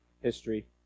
history